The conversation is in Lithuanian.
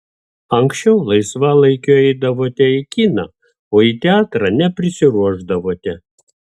anksčiau laisvalaikiu eidavote į kiną o į teatrą neprisiruošdavote